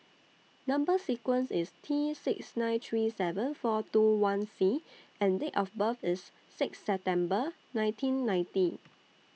Number sequence IS T six nine three seven four two one C and Date of birth IS six September nineteen ninety